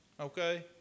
Okay